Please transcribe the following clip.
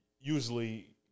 usually